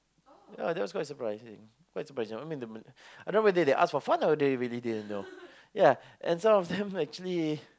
ya that was quite surprising quite surprising I mean I don't even know if they ask for fun or they really didn't know and some of them actually